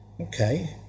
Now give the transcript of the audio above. Okay